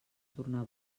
tornar